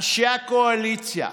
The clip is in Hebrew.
אנשי הקואליציה,